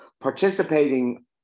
participating